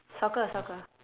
soccer soccer